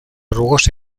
rugosa